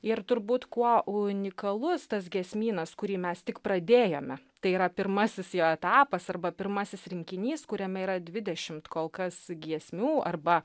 ir turbūt kuo unikalus tas giesmynas kurį mes tik pradėjome tai yra pirmasis jo etapas arba pirmasis rinkinys kuriame yra dvidešimt kol kas giesmių arba